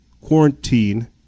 quarantine